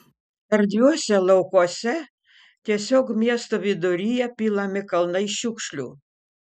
erdviuose laukuose tiesiog miesto viduryje pilami kalnai šiukšlių